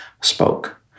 spoke